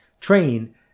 train